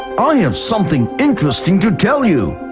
i have something interesting to tell you.